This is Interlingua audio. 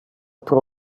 pro